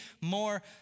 more